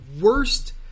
worst